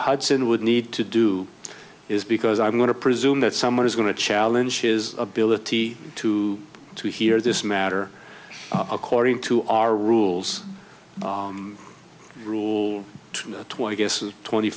hudson would need to do is because i'm going to presume that someone is going to challenge his ability to to hear this matter according to our rules rule twenty guesses twenty